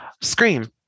scream